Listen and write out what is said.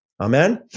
Amen